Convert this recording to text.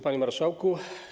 Panie Marszałku!